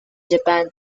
japan